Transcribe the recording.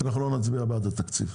אנחנו לא נצביע בעד התקציב,